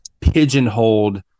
pigeonholed